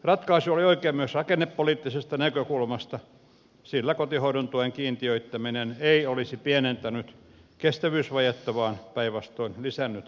ratkaisu oli oikea myös rakennepoliittisesta näkökulmasta sillä kotihoidon tuen kiintiöittäminen ei olisi pienentänyt kestävyysvajetta vaan päinvastoin lisännyt valtiontalouden menoja